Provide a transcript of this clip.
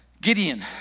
Gideon